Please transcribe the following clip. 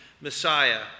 Messiah